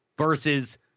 Versus